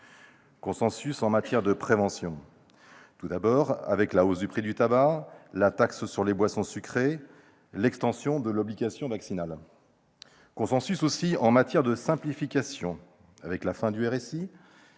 Consensus en matière de prévention, tout d'abord, avec la hausse du prix du tabac, la taxe sur les boissons sucrées, l'extension de l'obligation vaccinale. Consensus en matière de simplification, ensuite, avec la fin du RSI